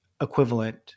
equivalent